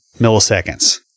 milliseconds